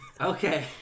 Okay